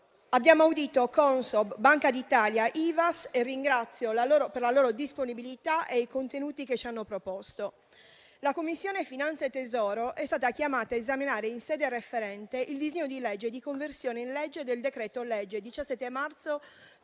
di Consob, Banca d'Italia e Ivass, che ringrazio per la disponibilità e i contenuti proposti. La Commissione finanze e tesoro è stata chiamata ad esaminare in sede referente il disegno di legge di conversione in legge del decreto-legge 17 marzo